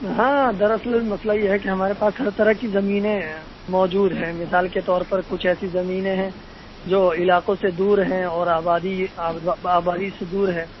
ہاں در اصل مسئلہ یہ ہے کہ ہمارے پاس ہر طرح کی زمینیں موجود ہیں مثال کے طور پر کچھ ایسی زمینیں ہیں جو علاقوں سے دور ہیں اور آبادی آبادی سے دور ہیں